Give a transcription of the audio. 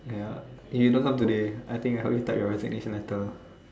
ya you don't talk today I think I help you type your resignation letter